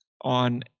on